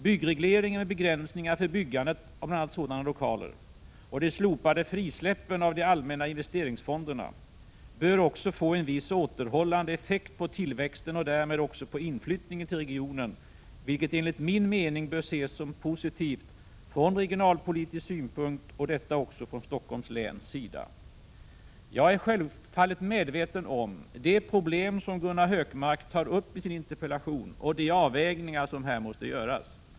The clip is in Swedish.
Byggregleringen med begränsningar för byggandet av bl.a. sådana lokaler och de slopade frisläppen av de allmänna investeringsfonderna bör också få en viss återhållande effekt på tillväxten och därmed också på inflyttningen till regionen, vilket enligt min mening bör ses som positivt från regionalpolitisk synpunkt och detta också från Stockholms läns sida. Jag är självfallet medveten om de problem som Gunnar Hökmark tar uppi sin interpellation och de avvägningar som här måste göras.